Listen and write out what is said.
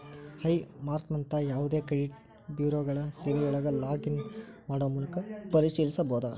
high ಮಾರ್ಕ್ನಂತ ಯಾವದೇ credit ಬ್ಯೂರೋಗಳ ಸೇವೆಯೊಳಗ ಲಾಗ್ ಇನ್ ಮಾಡೊ ಮೂಲಕ ಪರಿಶೇಲಿಸಬೋದ